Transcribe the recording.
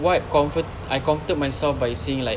what comfort I comforted myself by saying like